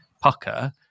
pucker